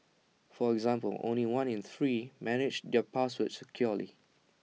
for example only one in three manage their passwords securely